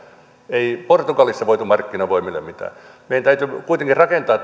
ei portugalissa voitu markkinavoimille mitään meidän täytyy kuitenkin rakentaa